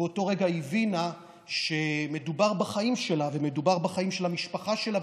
ובאותו רגע היא הבינה שמדובר בחיים שלה ומדובר בחיים של המשפחה שלה,